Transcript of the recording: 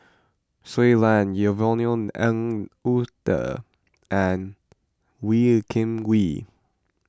Shui Lan Yvonne Ng Uhde and Wee Kim Wee